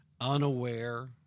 unaware